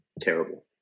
Terrible